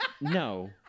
no